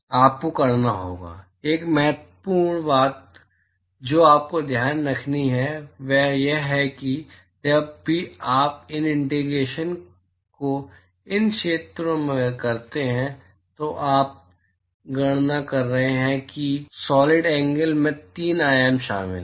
आपको करना होगा एक महत्वपूर्ण बात जो आपको ध्यान रखनी है वह यह है कि जब भी आप इन इंटीग्रेशन्स को इन क्षेत्रों में करते हैं तो आप गणना कर रहे हैं और सॉलिड एंगल में तीन आयाम शामिल हैं